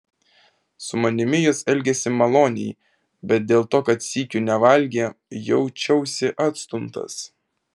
su manimi jos elgėsi maloniai bet dėl to kad sykiu nevalgė jaučiausi atstumtas